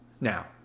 Now